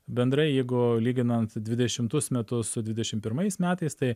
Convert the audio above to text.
bendrai jeigu lyginant dvidešimtus metus su dvidešim pirmais metais tai